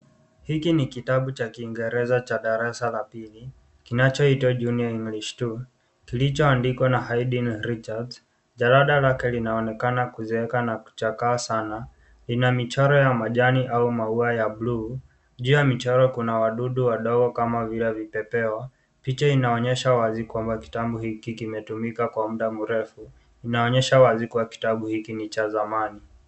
Hiki ni kitabu cha Kiingereza cha darasa la pili, kinachoitwa Junior English Two kilichoandikwa na Haydn Richards. Jarada lake linaonekana kuzeeka na kuchakaa Sana. Ina michoro ya majani au maua ya bluu. Juu ya michoro kuna wadudu wadogo kama vile vipepeo. Picha inaonyesha wazi kwamba kitabu hiki kimetumiwa kwa muda mrefu. Inaonyesha wazi kuwa kitabu hiki ni cha zamani.